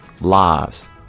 lives